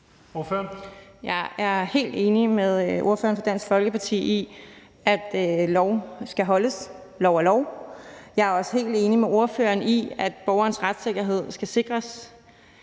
Jeg er helt enig med ordføreren for Dansk Folkeparti i, at lov skal overholdes – lov er lov. Jeg er også helt enig med ordføreren i, at borgerens retssikkerhed skal sikres.